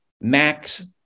Max